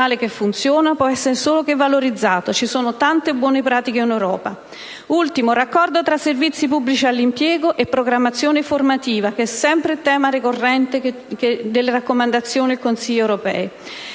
del raccordo tra servizi pubblici all'impiego e programmazione formativa, che è sempre ricorrente nelle raccomandazioni del Consiglio europeo.